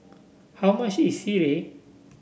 how much is Sireh